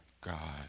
God